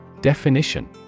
Definition